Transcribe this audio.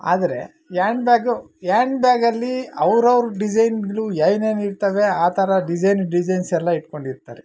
ಆದರೆ hand bag hand ಬ್ಯಾಗಲ್ಲಿ ಅವ್ರು ಅವರು ಡಿಸೈನ್ಗಳು ಏನೇನು ಇರ್ತವೆ ಆ ಥರ ಡಿಸೈನ್ ಡಿಸೈನ್ಸ್ ಎಲ್ಲ ಇಟ್ಕೊಂಡಿರ್ತಾರೆ